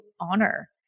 honor